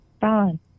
Fine